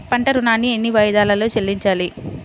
పంట ఋణాన్ని ఎన్ని వాయిదాలలో చెల్లించాలి?